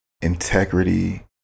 Integrity